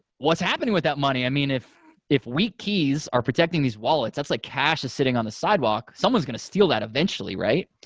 what's happening with that money? i mean if if weak keys are protecting these wallets, that's like cash is sitting on the sidewalk. someone's going to steal that eventually, right?